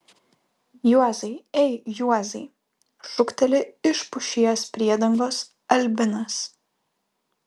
juozai ei juozai šūkteli iš pušies priedangos albinas